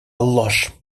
ложь